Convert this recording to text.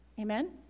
Amen